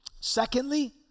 Secondly